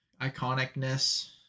Iconicness